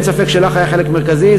ואין ספק שלך היה חלק מרכזי,